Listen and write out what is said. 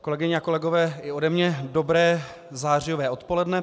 Kolegyně a kolegové, i ode mě dobré zářijové odpoledne.